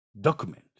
Document